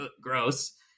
gross